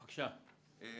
לצערי,